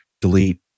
delete